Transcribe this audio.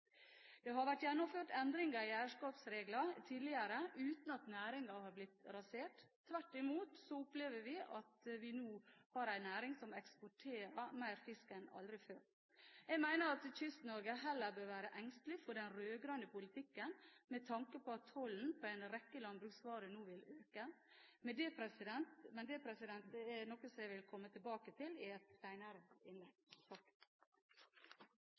Det har vært gjennomført endringer i eierskapsregler tidligere uten at næringen har blitt rasert. Tvert imot opplever vi at vi nå har en næring som eksporterer mer fisk enn noen gang før. Jeg mener at Kyst-Norge heller bør være engstelig for den rød-grønne politikken, med tanke på at tollen på en rekke landbruksvarer nå vil øke. Men det er noe som jeg vil komme tilbake til i et senere innlegg.